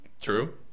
True